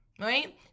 right